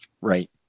Right